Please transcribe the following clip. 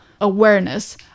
awareness